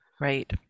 Right